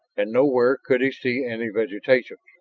and nowhere could he see any vegetation.